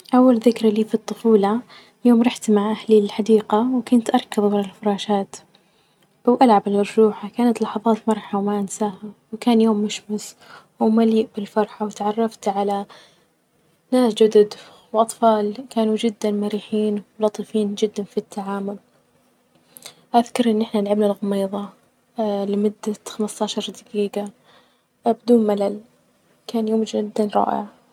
أول ذكري لي في الطفولة يوم رحت مع أهلي الحديقة وكنت أركب الفراشات ،وألعب الأرجوحة كانت لحظات مرحة وما أنساها ،وكان يوم مشمس وملئ بالفرحة وأتعرفت علي ناس جدد وأطفال كانوا جدا مرحيين ولطفيين جدا في التعامل أذكر إن إحنا لعبنا الغميظة لمدة خمستاشر دجيجة بدون ملل كان يوم جدا رائع.